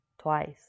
Twice